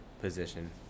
position